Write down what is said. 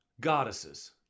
goddesses